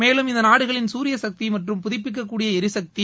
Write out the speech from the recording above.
மேலும் இந்த நாடுகளில் குரியசக்தி மற்றும் புதுப்பிக்கக்கூடிய எரிசக்தி